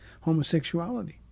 homosexuality